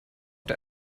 der